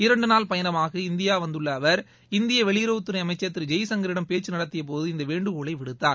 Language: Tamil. இரண்டு நாள் பயணமாக இந்தியா வந்துள்ள அவர் இந்திய வெளியுறவுத்துறை அமைச்சர் திரு ஜெய்சங்கரிடம் பேச்சு நடத்திய போது இந்த வேண்டுகோளை விடுத்தார்